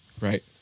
right